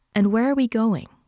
and where are we going?